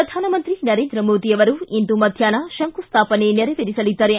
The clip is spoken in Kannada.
ಪ್ರಧಾನಮಂತ್ರಿ ನರೇಂದ್ರ ಮೋದಿ ಅವರು ಇಂದು ಮಧ್ಯಾಹ್ನ ಶಂಕುಸ್ಥಾಪನೆ ನೆರವೇರಿಸಲಿದ್ದಾರೆ